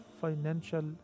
financial